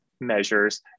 measures